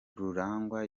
rurangwa